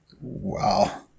Wow